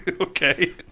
Okay